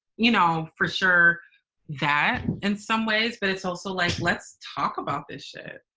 you know for sure that in some ways. but it's also like, let's talk about this shit,